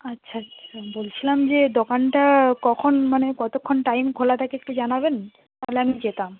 আচ্ছা আচ্ছা বলছিলাম যে দোকানটা কখন মানে কতক্ষণ টাইম খোলা থাকে একটু জানাবেন তাহলে আমি যেতাম